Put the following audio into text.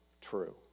true